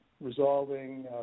resolving